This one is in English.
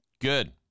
good